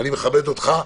אני מכבד אותך,